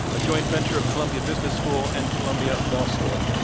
a joint venture of columbia business school and columbia law school.